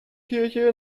kirche